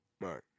right